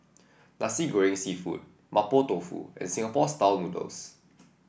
Nasi Goreng seafood Mapo Tofu and Singapore style noodles